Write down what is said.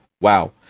Wow